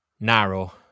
narrow